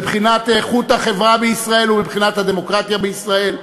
מבחינת איכות החברה בישראל ומבחינת הדמוקרטיה בישראל,